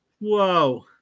Whoa